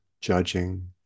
judging